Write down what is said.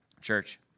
Church